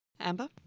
Amber